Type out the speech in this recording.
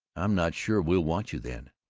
i'm not sure we'll want you then.